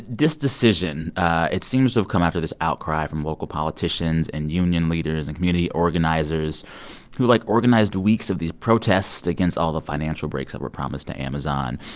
this decision it seems come after this outcry from local politicians and union leaders and community organizers who, like, organized weeks of these protests against all the financial breaks that were promised to amazon.